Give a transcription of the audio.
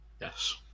yes